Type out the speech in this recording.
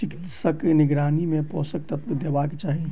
चिकित्सकक निगरानी मे पोषक तत्व देबाक चाही